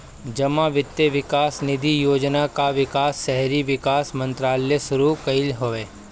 जमा वित्त विकास निधि योजना कअ विकास शहरी विकास मंत्रालय शुरू कईले हवे